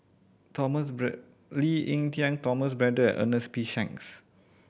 Thomas Lee Ek Tieng Thomas Braddell and Ernest P Shanks